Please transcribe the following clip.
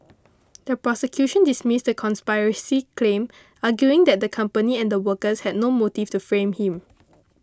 the prosecution dismissed the conspiracy claim arguing that the company and the workers had no motive to frame him